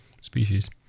species